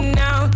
now